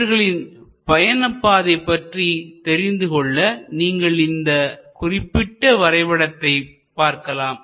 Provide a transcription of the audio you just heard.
இவர்களின் பயணப்பாதை பற்றி தெரிந்துகொள்ள நீங்கள் இந்த குறிப்பிட்ட வரைபடத்தை பார்க்கலாம்